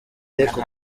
ariko